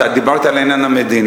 דיברת על העניין המדיני,